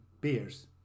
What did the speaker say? beers